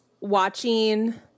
watching